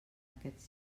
aquests